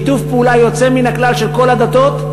שיתוף פעולה יוצא מן הכלל של כל הדתות.